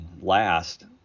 last